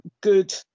good